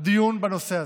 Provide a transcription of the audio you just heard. דיון בנושא הזה.